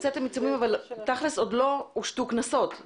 הצוות שלנו מבצע ביקורת של כל אותם היתרים ורישיונות.